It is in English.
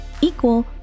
equal